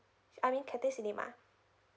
I mean cathay cinema